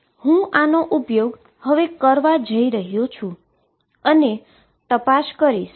હું આનો ઉપયોગ કરવા જઇ રહ્યો છું અને તપાસ કરીશ